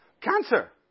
cancer